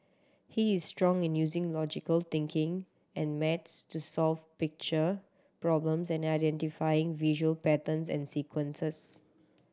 he is strong in using logical thinking and maths to solve picture problems and identifying visual patterns and sequences